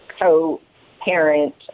co-parent